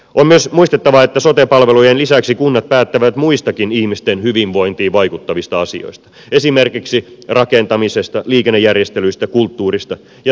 on myös muistettava että sote palveluiden lisäksi kunnat päättävät muistakin ihmisten hyvinvointiin vaikuttavista asioista esimerkiksi rakentamisesta liikennejärjestelyistä kulttuurista ja sivistyspalveluista